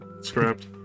Scrapped